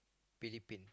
Philippine